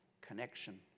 connection